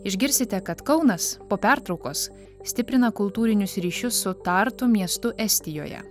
išgirsite kad kaunas po pertraukos stiprina kultūrinius ryšius su tartu miestu estijoje